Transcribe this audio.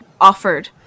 offered